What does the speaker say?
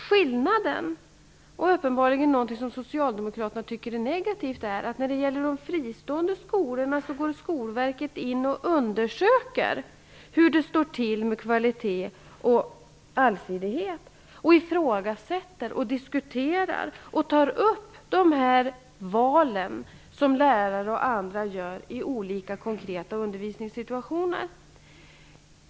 Skillnaden är -- vilket uppenbarligen är något som Socialdemokraterna tycker är negativt -- att när det gäller de fristående skolorna undersöker Skolverket hur det står till med kvalitet och allsidighet, ifrågasätter och diskuterar de val som lärare gör i olika konkreta undervisningssituationer.